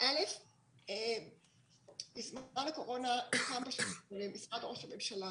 בזמן הקורונה הוקם במשרד ראש הממשלה